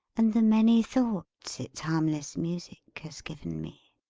and the many thoughts its harmless music has given me.